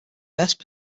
best